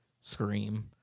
Scream